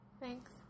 Thanks